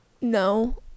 no